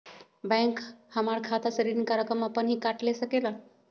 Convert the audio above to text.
Bank हमार खाता से ऋण का रकम अपन हीं काट ले सकेला?